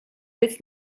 rydz